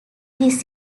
this